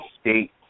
State